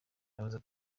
yavuze